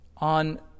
on